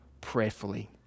prayerfully